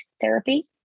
therapy